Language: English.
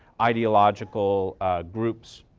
ideological groups.